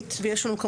ויש גם בעלות פרטית.